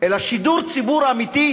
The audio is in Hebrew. אלא שידור ציבורי אמיתי,